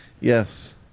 Yes